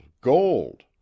gold